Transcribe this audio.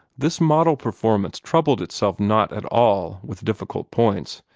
this model performance troubled itself not at all with difficult points,